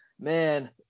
Man